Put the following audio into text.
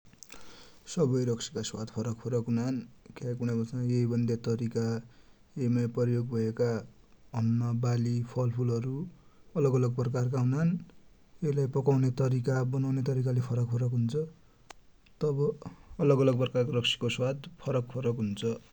सबै रक्सि का स्वाद फरक फरक हुनान, क्याकि भनेपछा यैमाइ प्रयोग भ​एका अन्न बालि फल्फुल हरु अलगअलग प्रकार का हुनान यै लाइ पकौने तरिका बनौने तरिकाले फरक फरक हुन्छ । तब अलग अलग रक्सि को स्वाद फरकफरक हुन्छ ।